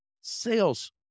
sales